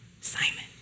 Simon